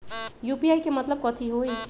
UPI के मतलब कथी होई?